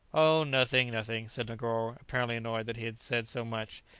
oh, nothing, nothing, said negoro, apparently annoyed that he had said so much,